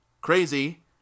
Crazy